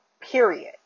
period